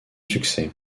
succès